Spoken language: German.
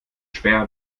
späher